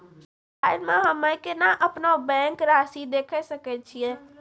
Mobile मे हम्मय केना अपनो बैंक रासि देखय सकय छियै?